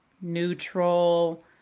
neutral